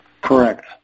Correct